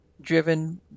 driven